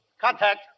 Contact